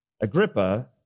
Agrippa